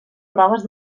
proves